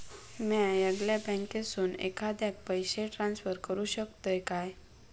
म्या येगल्या बँकेसून एखाद्याक पयशे ट्रान्सफर करू शकतय काय?